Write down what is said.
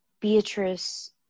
Beatrice